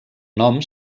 nom